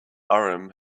urim